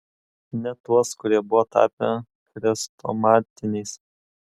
net tuos kurie buvo tapę chrestomatiniais